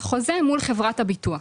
זה חוזה מול חברת הביטוח.